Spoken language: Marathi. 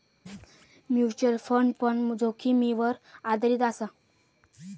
म्युचल फंड पण जोखीमीवर आधारीत असा